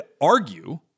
argue